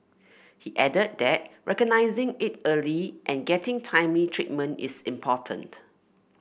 he added that recognising it early and getting timely treatment is important